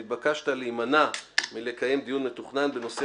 נתבקשת להימנע מלקיים דיון מתוכנן בנושא